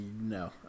no